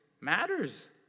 matters